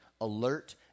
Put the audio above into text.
alert